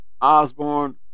Osborne